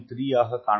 3 காணப்படும்